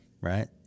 right